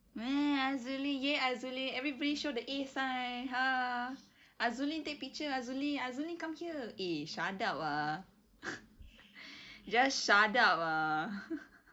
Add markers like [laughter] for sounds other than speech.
man azuleen !yay! azuleen everybody show the A sign ha azuleen take picture azuleen azuleen come here eh shut up ah [laughs] just shut up ah [laughs]